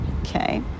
okay